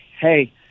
hey